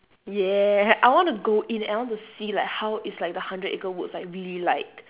yeah I want to go in and I want to see like how is like the hundred acre woods like really like